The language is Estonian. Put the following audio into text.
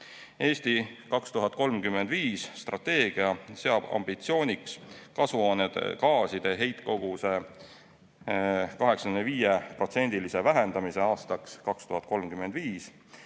"Eesti 2035" strateegia seab ambitsiooniks kasvuhoonegaaside heitkoguse 85% vähendamise aastaks 2035